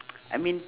I mean